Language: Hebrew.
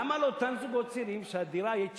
למה לאותם זוגות צעירים שמחיר הדירה שהם